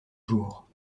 jours